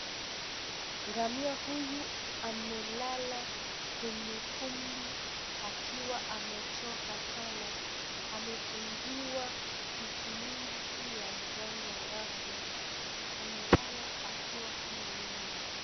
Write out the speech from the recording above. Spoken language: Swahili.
Ngamia huyu amelala kwenye vumbi akiwa amechoka sana. Amefungiwa vitu mingi juu ya mgongo wake. Amelala akiwa hana neno.